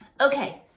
Okay